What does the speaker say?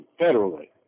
federally